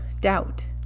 doubt